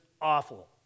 awful